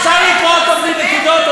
אפשר לקרוא אותו בלי נקודות.